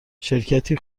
شرکتی